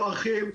לא ארחיב,